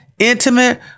Intimate